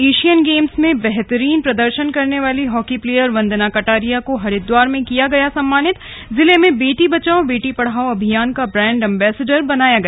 Asian games में बेहतरीन प्रदर्शन करने वाली हॉकी प्लेयर वंदना कटारिया को हरिद्वार में किया गया सम्मानितजिले में बेटी बचाओ बेटी पढ़ाओ अभियान का ब्रैंड अंबेसडर बनाया गया